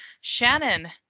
Shannon